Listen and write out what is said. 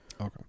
Okay